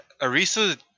Arisa